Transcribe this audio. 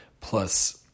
plus